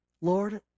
Lord